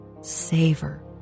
savor